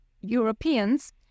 Europeans